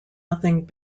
nothing